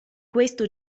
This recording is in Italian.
questo